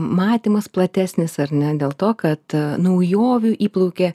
matymas platesnis ar ne dėl to kad naujovių įplaukė